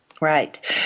Right